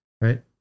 right